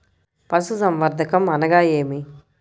పశుసంవర్ధకం అనగా ఏమి?